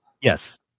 Yes